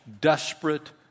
desperate